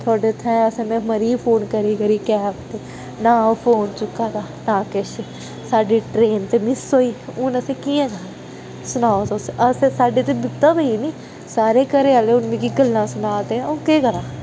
थुआढ़े इत्थें अस मरी गे फोन करी करी कैब नां ओह् फोन चुक्का दा नां किश साढ़ी ट्रेन ते मिस होई हून असें कियां जाना सनाओ तुस अस साड्डी ते बिपता पेई गेई नी सारे घरे आह्ले हून मिगी गल्लां सना दे अ'ऊं केह् करां